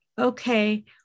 okay